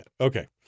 Okay